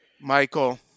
Michael